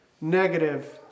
negative